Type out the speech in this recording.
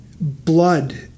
blood